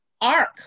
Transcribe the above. ark